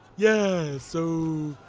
yeah so.